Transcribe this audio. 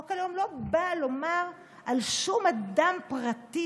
חוק הלאום לא בא לומר על שום אדם פרטי